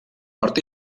nord